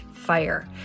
fire